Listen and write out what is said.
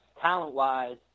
Talent-wise